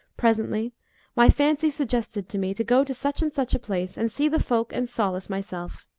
presently my fancy suggested to me to go to such and such a place and see the folk and solace myself